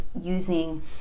using